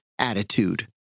attitude